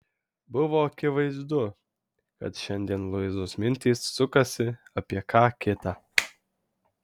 buvo akivaizdu kad šiandien luizos mintys sukasi apie ką kita